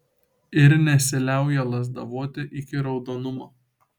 ir nesiliauja lazdavoti iki raudonumo